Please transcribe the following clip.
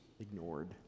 ignored